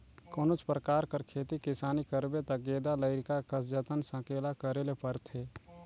कोनोच परकार कर खेती किसानी करबे ता गेदा लरिका कस जतन संकेला करे ले परथे